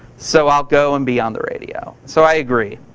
so, i'll go and be on the radio. so i agree.